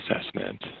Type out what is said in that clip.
Assessment